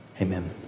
Amen